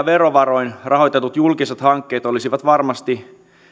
verovaroin rahoitetut julkiset hankkeet olisivat varmasti